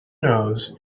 knows